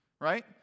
Right